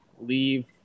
Leave